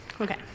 Okay